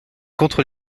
contre